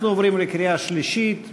אנחנו עוברים לקריאה שלישית.